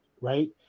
right